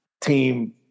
Team